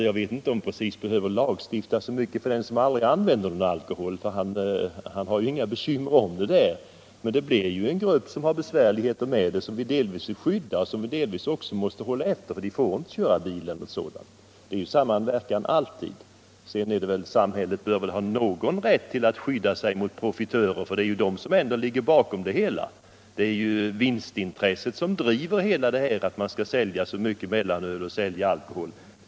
Jag vet inte om vi behöver lagstiftning så mycket för dem som aldrig använder någon alkohol. De har ju inga bekymmer med den. Men det är en grupp som har besvär med alkohol och som vi vill skydda. Samhället bör också ha någon rätt att skydda sig mot profitörer. Det är ju ändå vinstintresse som ligger bakom att man vill sälja så mycket mellanöl och andra alkoholdrycker.